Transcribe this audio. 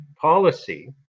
policy